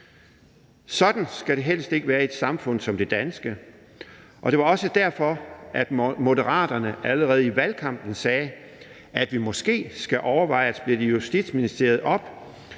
Sådan skal det helst ikke være i et samfund som det danske, og det var også derfor, at Moderaterne allerede i valgkampen sagde, at vi måske skal overveje at splitte Justitsministeriet op.